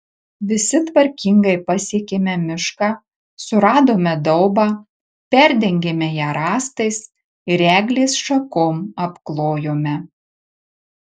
visi tvarkingai pasiekėme mišką suradome daubą perdengėme ją rąstais ir eglės šakom apklojome